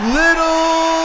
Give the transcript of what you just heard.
little